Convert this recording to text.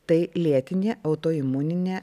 tai lėtinė autoimuninė